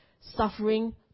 suffering